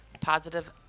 positive